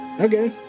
Okay